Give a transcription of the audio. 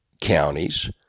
counties